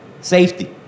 safety